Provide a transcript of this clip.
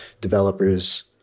developers